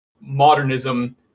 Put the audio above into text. modernism